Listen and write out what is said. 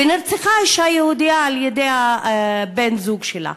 ונרצחה אישה יהודייה על-ידי בן-הזוג שלה.